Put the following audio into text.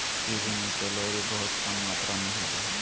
kiwi में calorie बहुत कम मात्र में होबो हइ